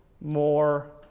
more